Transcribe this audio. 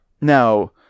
now